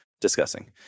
discussing